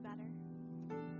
better